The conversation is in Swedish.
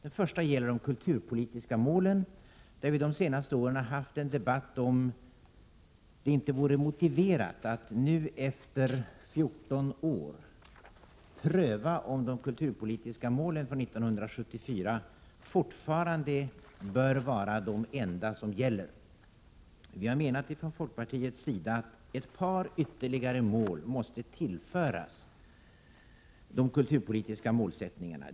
Den första gäller de kulturpolitiska målen, där vi de senaste åren har haft en debatt om huruvida det inte vore motiverat att nu efter 14 år pröva om de kulturpolitiska målen från 1974 fortfarande bör vara de enda som skall gälla. Vi har menat att ett par ytterligare mål måste tillföras dessa kulturpolitiska mål.